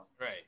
right